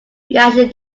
reaction